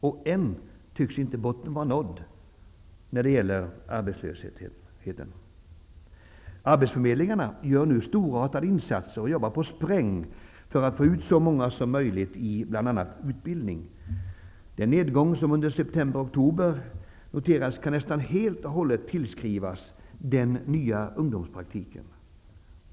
Och än tycks inte botten vara nådd när det gäller arbetslösheten. Arbetsförmedlingarna gör nu storartade insatser och jobbar på spräng för att få ut så många som möjligt i bl.a. utbildning. Den nedgång som under september/oktober noterats kan nästan helt och hållet tillskrivas den nya ungdomspraktiken.